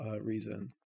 reason